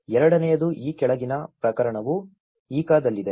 ಎರಡನೆಯದು ಈ ಕೆಳಗಿನ ಪ್ರಕರಣವೂ ಇಕಾದಲ್ಲಿದೆ